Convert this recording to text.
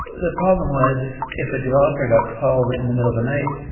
the problem was if a developer got called in the middle of the night,